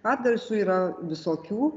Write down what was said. atgarsių yra visokių